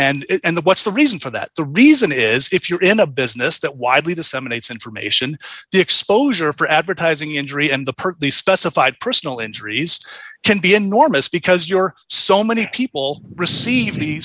information and the what's the reason for that the reason is if you're in a business that widely disseminates information the exposure for advertising injury and the perfectly specified personal injuries can be enormous because you're so many people receive the